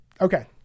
Okay